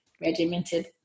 regimented